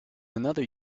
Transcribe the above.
another